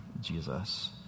Jesus